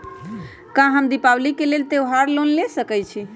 का हम दीपावली के लेल त्योहारी लोन ले सकई?